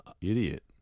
Idiot